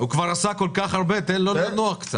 הוא כבר עשה כל כך הרבה, תן לו לנוח קצת.